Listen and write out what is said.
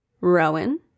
Rowan